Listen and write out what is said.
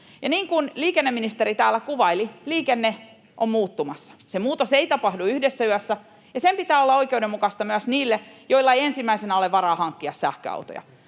Niin kuin liikenneministeri täällä kuvaili, liikenne on muuttumassa. Se muutos ei tapahdu yhdessä yössä, ja sen pitää olla oikeudenmukaista myös niille, joilla ei ensimmäisenä ole varaa hankkia sähköautoja,